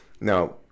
now